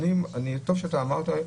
טוב שאמרת: